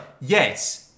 Yes